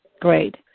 Great